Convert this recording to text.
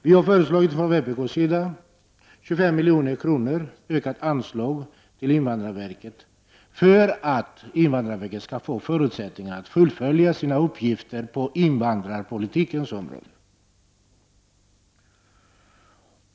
Vi har från vpk föreslagit att anslaget till invandrarverket ökas med 25 milj.kr. för att invandrarverket skall få förutsättningar att fullfölja sina uppgifter på invandrarpolitikens område.